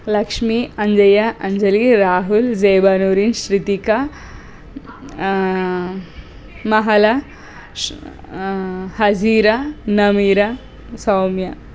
లక్ష్మీ అంజయ్య అంజలి రాహుల్ జెవణురిష్ రితిక మహళ ష్ హజీరా నమీరా సౌమ్య